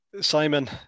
Simon